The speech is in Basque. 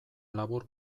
labur